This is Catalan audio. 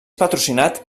patrocinat